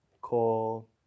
Call